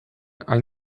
hain